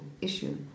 issue